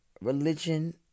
religion